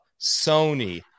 Sony